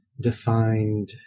defined